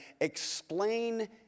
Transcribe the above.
explain